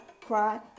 cry